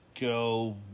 go